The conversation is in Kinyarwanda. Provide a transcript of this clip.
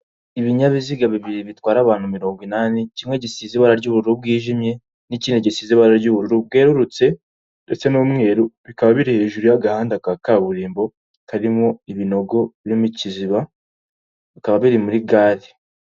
Ibinyabiziga bibiri bitwara abantu mirongo inani, kimwe gisize ibara ry'ubururu bwijimye, n'ikindi gisi ibara ry'uburu bwerurutse ndetse n'umweru, bikaba biri hejuru y'agahanda ka kaburimbo, karimo ibinogo birimo ikiziba, bikaba biri muri gare.